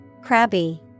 Crabby